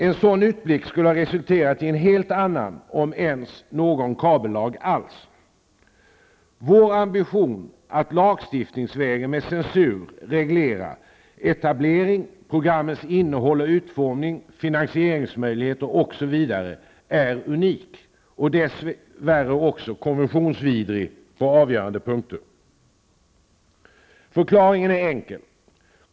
En sådan utblick skulle ha resulterat i en helt annan, om ens någon kabellag alls. Vår ambition att lagstiftningsvägen med censur reglera etablering, programmens innehåll och utformning, finansieringsmöjligheter osv. är unik och dess värre också konventionsvidrig på avgörande punkter. Förklaringen är enkel.